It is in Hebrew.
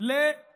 זה מה שתעשו.